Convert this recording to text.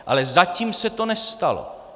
Ale zatím se to nestalo!